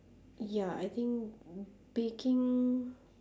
ya I think baking